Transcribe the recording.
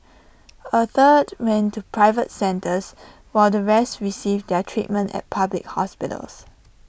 A third went to private centres while the rest received their treatment at public hospitals